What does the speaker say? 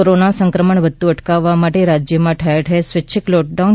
corona સંક્રમણ વધતું અટકાવવા માટે રાજ્યમાં ઠેર ઠેર સ્વૈચ્છિક લોકડાઉન